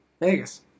Vegas